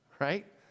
right